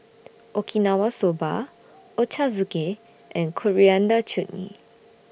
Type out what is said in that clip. Okinawa Soba Ochazuke and Coriander Chutney